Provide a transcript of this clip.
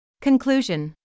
Conclusion